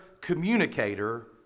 communicator